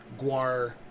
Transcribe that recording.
Guar